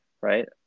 right